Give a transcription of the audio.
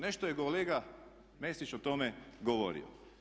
Nešto je kolega Mesić o tome govorio.